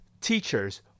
teachers